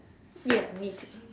ya me too